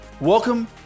Welcome